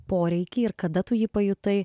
poreikį ir kada tu jį pajutai